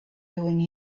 doing